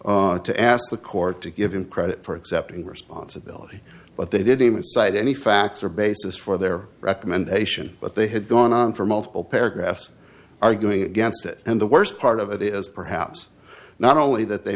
recommend to ask the court to give him credit for accepting responsibility but they didn't cite any facts or basis for their recommendation but they had gone on for multiple paragraphs arguing against it and the worst part of it is perhaps not only that they